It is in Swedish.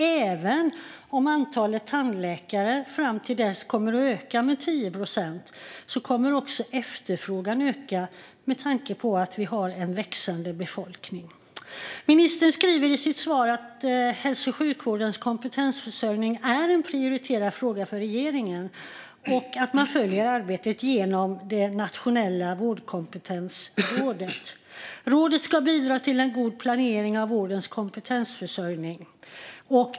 Även om antalet tandläkare fram till dess ökar med 10 procent kommer också efterfrågan att öka med tanke på att vi har en växande befolkning. Ministern säger i sitt svar att hälso och sjukvårdens kompetensförsörjning är en prioriterad fråga för regeringen och att man följer arbetet genom Nationella vårdkompetensrådet. Rådet ska bidra till en god planering av vårdens kompetensförsörjning.